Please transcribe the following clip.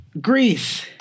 greece